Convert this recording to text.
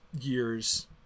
year's